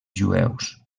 jueus